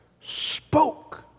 spoke